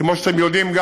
כמו שאתם יודעים,